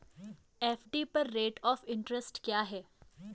FD पर rate of interest क्या है?